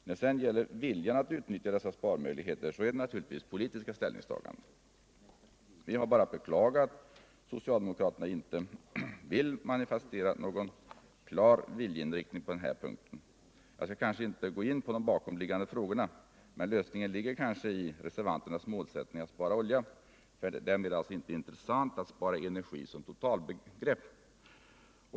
Då det sedan gäller viljan att utnyttja dessa sparmöjligheter är det naturligtvis politiska ställningstaganden. Vi har bara att beklaga att socialdemokraterna inte vill manifestera någon klar viljeinriktning på den här punkten. Jag skall väl inte gå in på de bakomliggande frågorna, men lösningen ligger kanske i reservanternas målsättning att spara olja — för dem är det alltså inte intressant att spara energi som totalbegrepp.